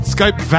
Skype